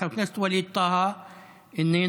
חבר הכנסת ווליד טאהא, איננו.